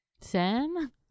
sam